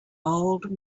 old